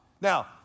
Now